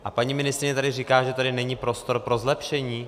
A paní ministryně tady říká, že tady není prostor pro zlepšení?